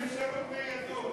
אין אפשרות ניידות,